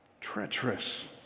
treacherous